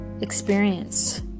experience